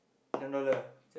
seven dollar